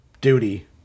duty